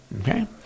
Okay